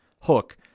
Hook